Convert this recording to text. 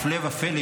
הפלא ופלא,